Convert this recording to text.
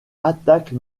attaque